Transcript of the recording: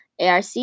ARC